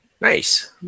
Nice